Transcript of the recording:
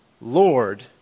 Lord